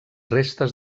restes